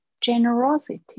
generosity